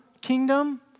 kingdom